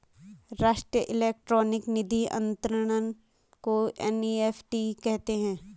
राष्ट्रीय इलेक्ट्रॉनिक निधि अनंतरण को एन.ई.एफ.टी कहते हैं